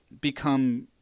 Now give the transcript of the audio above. become